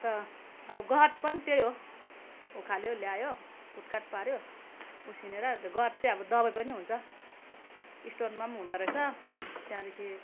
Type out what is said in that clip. अन्त अब गहत पनि त्यहीँ हो उखेल्यो ल्यायो कुटकाट पाऱ्यो उसिनेर गहत चैँ अब दबाई पनि हुन्छ स्टोनमा पनि हुँदो रहेछ त्यहाँदेखि